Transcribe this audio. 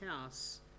house